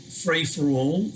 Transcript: free-for-all